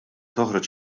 toħroġ